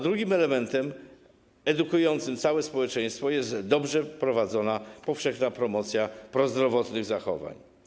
Drugim elementem edukującym całe społeczeństwo jest dobrze prowadzona powszechna promocja prozdrowotnych zachowań.